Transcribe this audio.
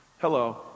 hello